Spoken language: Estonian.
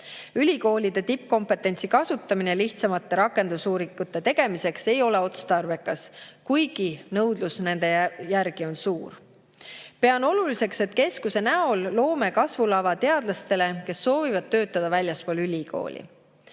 Ülikoolide tippkompetentsi kasutamine lihtsamate rakendusuuringute tegemiseks ei ole otstarbekas, kuigi nõudlus nende järgi on suur. Pean oluliseks, et keskuse näol loome kasvulava teadlastele, kes soovivad töötada väljaspool ülikooli.